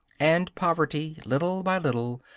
and poverty, little by little,